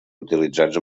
utilitzats